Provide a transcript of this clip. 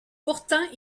pourtant